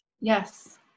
Yes